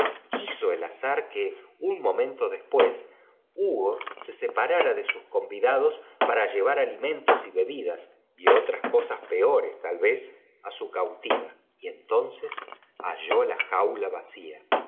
quiso el azar que un momento después hugo nse separara de sus convidados para llevar alim enjutos y bebida y otra cosas peores tal vez á su ncautiva y entonces halló la jaula vacía